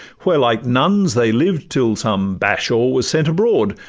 where like nuns they lived till some bashaw was sent abroad,